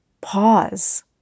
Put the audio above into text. pause